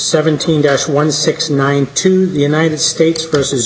seventeen dash one six nine to the united states versus